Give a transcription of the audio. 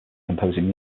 composing